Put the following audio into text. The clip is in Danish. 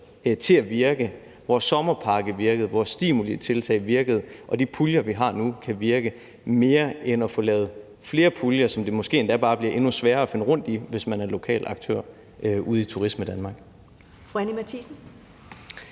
til at virke. Vores sommerpakke, vores stimulitiltag virkede, og de puljer, vi har nu, kan virke mere end det at få lavet flere puljer, som det måske endda bare bliver endnu sværere at finde rundt i, hvis man er lokal aktør ude i Turismedanmark. Kl. 14:45 Første